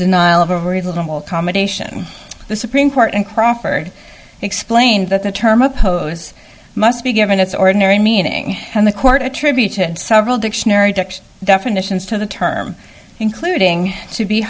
denial of a very little combination the supreme court in crawford explained that the term oppose must be given its ordinary meaning and the court attributed several dictionary definitions to the term including to be